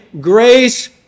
grace